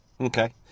Okay